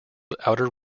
outer